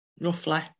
roughly